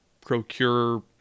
procure